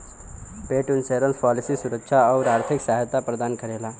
पेट insurance policy सुरक्षा आउर आर्थिक सहायता प्रदान करेला